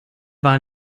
war